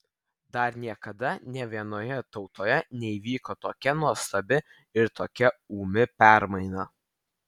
dar niekada nė vienoje tautoje neįvyko tokia nuostabi ir tokia ūmi permaina